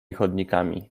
chodnikami